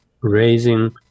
raising